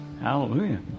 Hallelujah